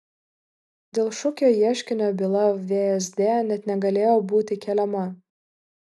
dėl šukio ieškinio byla vsd net negalėjo būti keliama